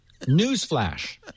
newsflash